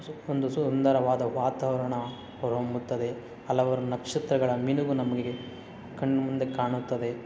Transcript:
ಸು ಒಂದು ಸುಂದರವಾದ ವಾತಾವರಣ ಹೊರಹೊಮ್ಮುತ್ತದೆ ಹಲವಾರು ನಕ್ಷತ್ರಗಳ ಮಿನುಗು ನಮಗೆ ಕಣ್ಣ ಮುಂದೆ ಕಾಣುತ್ತದೆ